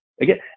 again